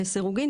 לסירוגין.